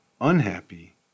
unhappy